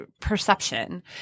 perception